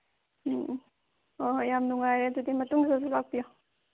ꯎꯝ ꯎꯝ ꯍꯣꯏ ꯍꯣꯏ ꯌꯥꯝ ꯅꯨꯡꯉꯥꯏꯔꯦ ꯑꯗꯨꯗꯤ ꯃꯇꯨꯡꯗꯁꯨ ꯂꯥꯛꯄꯤꯌꯣ